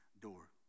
door